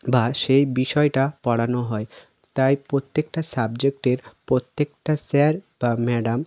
বা সেই বিষয়টা পড়ানো হয় তাই প্রত্যেকটা সাবজেক্টের প্রত্যেকটা স্যার বা ম্যাডাম